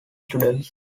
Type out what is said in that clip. students